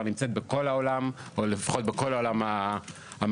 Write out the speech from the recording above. נמצאת בכל העולם או לפחות בכל העולם המערבי.